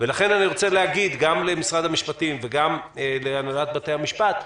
לכן אני רוצה להגיד גם למשרד המשפטים וגם להנהלת בתי המשפט,